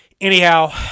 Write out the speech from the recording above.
anyhow